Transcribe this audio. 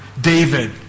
David